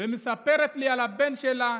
ומספרת לי על הבן שלה,